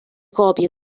copie